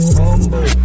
humble